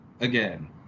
again